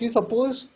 Suppose